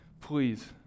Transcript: Please